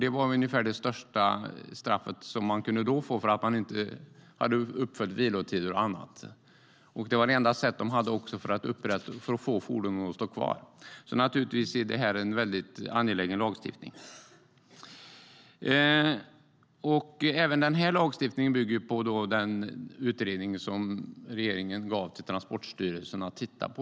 Det var ungefär det högsta straff man kunde få för att man inte hade uppfyllt krav på vilotider och annat. Det var också det enda sätt polisen hade att få fordonen att stå kvar. Detta är alltså en angelägen lagstiftning. Även denna lagstiftning bygger på den utredning som regeringen gav Transportstyrelsen i uppdrag att titta på.